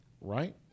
Right